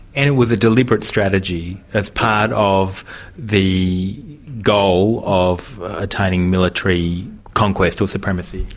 and it was a deliberate strategy as part of the goal of attaining military conquest or supremacy?